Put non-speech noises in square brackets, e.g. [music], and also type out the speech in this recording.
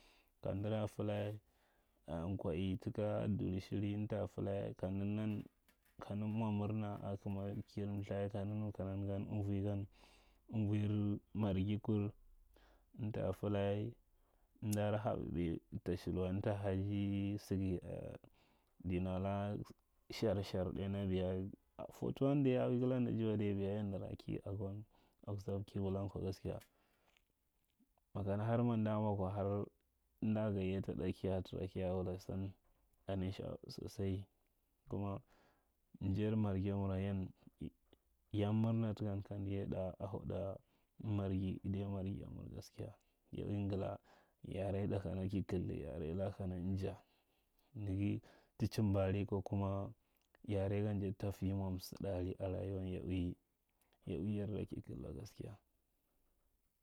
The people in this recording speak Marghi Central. Kamdara fada [hesitation] nkwaii taka duri shiri amtara fila kan da nan, kamda mwa murna akama kir mitha kamda nu kama amdagan amruir marghi kur. amta fila, [noise] amda da la ɓaɓai ta shi wa, amta laji saga dinala shar shar ɗainya biya, a fotowan dai a ui gadandaji wa ɗai biya yan nara ki agon, akso ka kwa gaskiya makana har manda mwa kwa har amda gayyata ɗa kiya tara kiya wula san a nai slanwa sosai. Kuma njair marghiyaman yan ya, ya murna takan kamdo yaiɗa. a huɗa marghi, adai marghigamur gaskiya ya ui ngala yare ɗa kana ka kalda yare laka anja naga ya chimba ari, ko kuma yaro gan dai to fi mwa msiɗari a rayuwan yaui yarda ki kalda wa gaskiya.